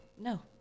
no